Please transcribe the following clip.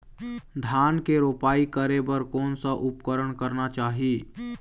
धान के रोपाई करे बर कोन सा उपकरण करना चाही?